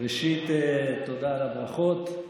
ראשית, תודה על הברכות.